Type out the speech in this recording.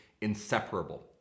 inseparable